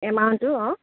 এমাউণ্টটো অঁ